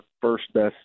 first-best